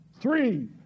three